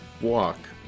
walk